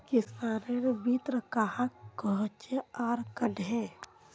किसानेर मित्र कहाक कोहचे आर कन्हे?